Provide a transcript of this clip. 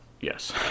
Yes